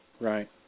Right